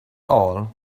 all